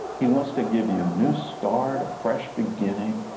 he wants to give you a new start, a fresh beginning.